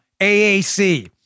AAC